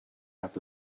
have